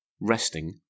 resting